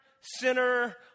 sinner